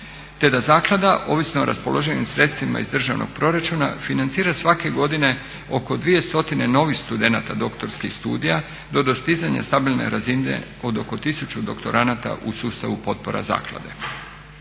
Te da Zaklada ovisno o raspoloživim sredstvima iz državnog proračuna financira svake godine oko 200 novih studenata doktorskih studija do dostizanja stabilne razine od oko 1000 doktoranata u sustavu potpora Zaklade.